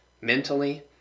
mentally